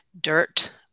dirt